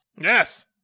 Yes